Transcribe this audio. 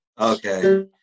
Okay